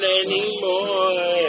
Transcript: anymore